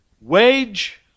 wage